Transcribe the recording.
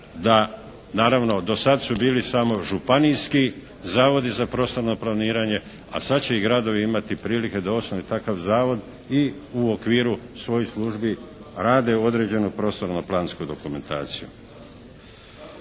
da, naravno dosad su bili samo županijski zavodi za prostorno planiranje, a sad će i gradovi imati prilike da osnuju takav zavod i u okviru svojih službi rade određenu prostorno-plansku dokumentaciju.